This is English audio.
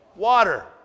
water